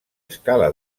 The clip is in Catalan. escala